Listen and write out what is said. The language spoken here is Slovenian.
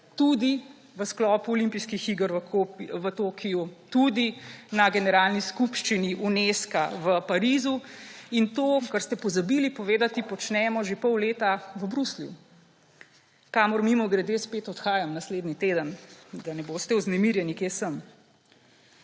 tudi v sklopu Olimpijskih iger v Tokiu, tudi na generalni skupščini Unesca v Parizu, in to, kar ste pozabili povedati, počnemo že pol leta v Bruslju, kamor mimogrede spet odhajam naslednji teden, da ne boste vznemirjeni, kje sem.